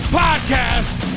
podcast